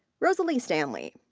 rosalie stanley.